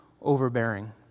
overbearing